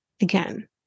Again